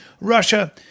Russia